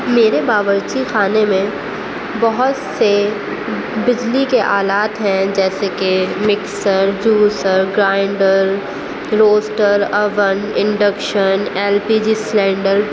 میرے باورچی خانے میں بہت سے بجلی کے آلات ہیں جیسے کہ mixer juicer grinder toaster oven induction L P G cylinder